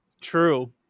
True